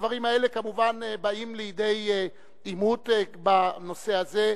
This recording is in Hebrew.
הדברים האלה, כמובן, באים לידי עימות בנושא הזה.